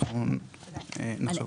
אנחנו נחשוב.